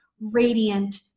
radiant